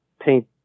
paint